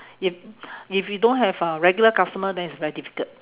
if if you don't have uh regular customer then it's very difficult